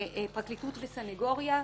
פרקליטות וסניגוריה,